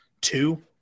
two